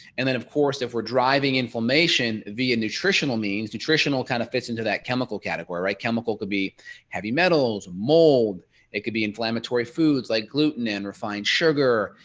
and then of course if we're driving inflammation the and nutritional means nutritional kind of fits into that chemical category. chemical could be heavy metals mold it could be inflammatory foods like gluten and refined sugar,